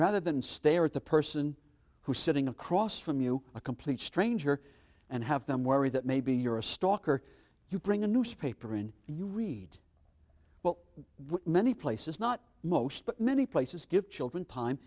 rather than stare at the person who's sitting across from you a complete stranger and have them worry that maybe you're a stalker you bring a newspaper and you read well when he places not most but many places give children time